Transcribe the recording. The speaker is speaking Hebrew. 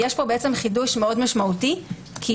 יש פה חידוש משמעותי מאוד,